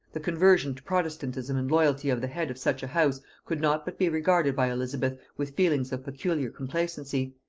the conversion to protestantism and loyalty of the head of such a house could not but be regarded by elizabeth with feelings of peculiar complacency,